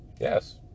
Yes